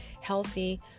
healthy